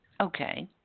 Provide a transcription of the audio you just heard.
Okay